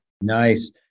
Nice